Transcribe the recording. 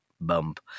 bump